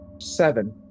seven